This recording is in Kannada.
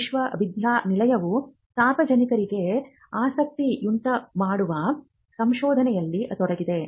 ವಿಶ್ವವಿದ್ಯಾನಿಲಯವು ಸಾರ್ವಜನಿಕರಿಗೆ ಆಸಕ್ತಿಯುಂಟುಮಾಡುವ ಸಂಶೋಧನೆಯಲ್ಲಿ ತೊಡಗಿದೆ